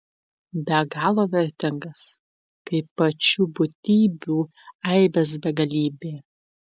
be galo vertingas kaip pačių būtybių aibės begalybė